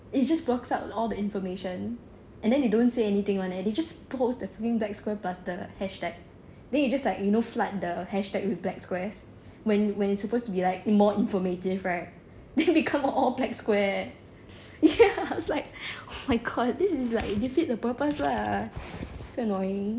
it just blocks up all the information and then they don't say anything [one] eh they just post the freaking black squares plus the hashtag then they just like you know flood the hashtag with black squares when when it's suppose to be like more informative right then they come out all black squares ya then it's like oh my god defeat the purpose lah so annoying